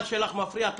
את מפריעה לי,